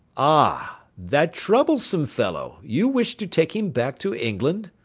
ah! that troublesome fellow you wish to take him back to england?